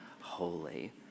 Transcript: holy